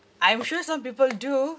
I'm sure some people do